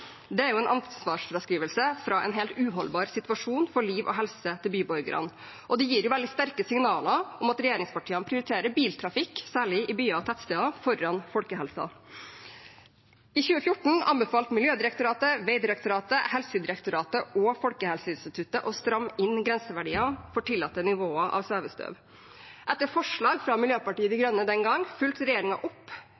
Det er en ansvarsfraskrivelse fra en helt uholdbar situasjon for byborgernes liv og helse, og det gir veldig sterke signaler om at regjeringspartiene prioriterer biltrafikk, særlig i byer og tettsteder, foran folkehelsen. I 2014 anbefalte Miljødirektoratet, Vegdirektoratet, Helsedirektoratet og Folkehelseinstituttet å stramme inn grenseverdiene for tillatte nivåer av svevestøv. Etter forslag fra Miljøpartiet De